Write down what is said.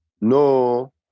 no